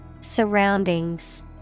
Surroundings